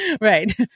Right